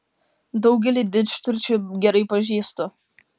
daugelį didžturčių gerai pažįstu